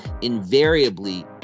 Invariably